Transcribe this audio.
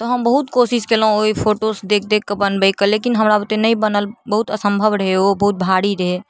तऽ हम बहुत कोशिश कएलहुँ ओहि फोटोसँ देखि देखिकऽ बनबैके लेकिन हमरा बुते नहि बनल बहुत असम्भव रहै ओ बहुत भारी रहै